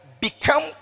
become